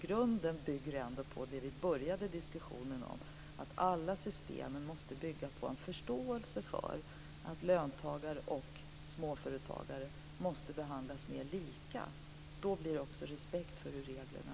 Grunden är ändå det vi började diskussionen med, att alla system måste bygga på en förståelse för att småföretagare och löntagare måste behandlas mera lika. Då får man också respekt för reglerna.